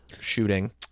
shooting